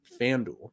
FanDuel